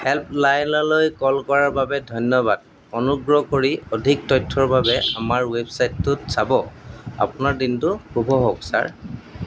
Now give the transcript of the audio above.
হে'ল্পলাইনলৈ call কৰাৰ বাবে ধন্যবাদ অনুগ্ৰহ কৰি অধিক তথ্যৰ বাবে আমাৰ ৱেবচাইটটোত চাব আপোনাৰ দিনটো শুভ হওক ছাৰ